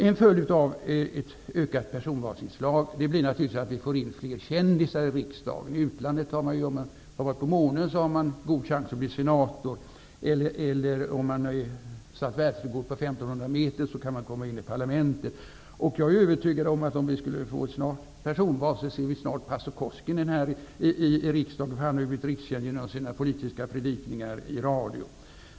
En följd av ett ökat personvalsinslag blir naturligtvis att vi får in fler kändisar i riksdagen. I utlandet har man god chans att bli senator om man har varit på månen, och har man satt världsrekord på 1500 meter kan man komma in i parlamentet. Skulle vi få personval här i Sverige, är jag övertygad om att vi snart ser pastor Koskinen här i riksdagen -- han har ju blivit rikskänd genom sina politiska predikningar i radio.